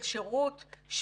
של שירות,